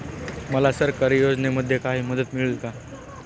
मला सरकारी योजनेमध्ये काही मदत मिळेल का?